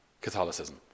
Catholicism